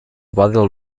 battle